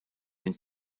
den